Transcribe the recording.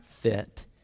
fit